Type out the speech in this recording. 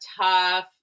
tough